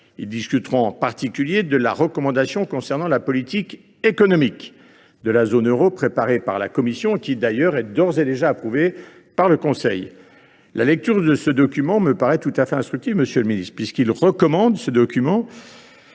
Ils discuteront en particulier de la recommandation concernant la politique économique de la zone euro préparée par la Commission, d’ores et déjà approuvée par le Conseil. La lecture de ce document me paraît tout à fait instructive, monsieur le ministre, puisque celui ci recommande la mise en